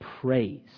praise